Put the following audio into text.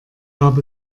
gab